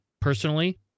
personally